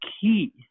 key